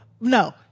no